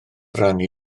rannu